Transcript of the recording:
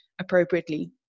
appropriately